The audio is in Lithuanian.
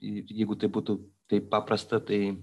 ir jeigu tai būtų taip paprasta tai